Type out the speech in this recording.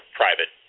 private